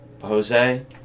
Jose